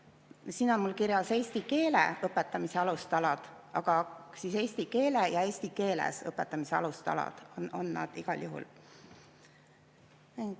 siin on mul kirjas "eesti keele õpetamise alustalad", aga eesti keele ja eesti keeles õpetamise alustalad on nad igal